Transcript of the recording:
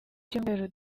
cyumweru